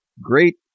Great